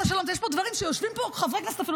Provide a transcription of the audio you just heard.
יש פה דברים שחברי כנסת שיושבים פה אפילו